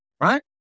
right